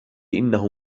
إنه